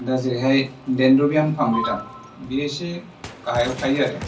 दा जेरैहाय डेनद्रुबियाम फामरिथान बियो एसे गाहायाव थायो आरो